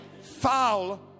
foul